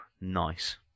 nice